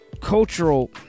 cultural